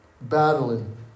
battling